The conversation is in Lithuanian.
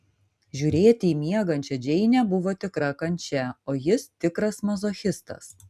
žiūrėti į miegančią džeinę buvo tikra kančia o jis tikras mazochistas